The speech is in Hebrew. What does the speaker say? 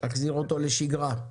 להחזיר אותו לשגרה.